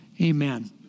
amen